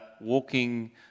walking